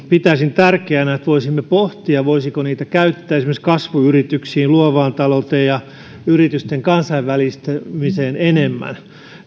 pitäisin tärkeänä että voisimme pohtia voisiko niitä käyttää esimerkiksi kasvuyrityksiin luovaan talouteen ja yritysten kansainvälistymiseen enemmän